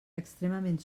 extremament